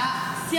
אתה שיא